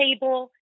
table